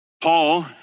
Paul